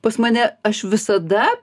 pas mane aš visada